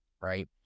right